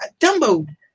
Dumbo